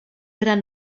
gran